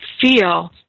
feel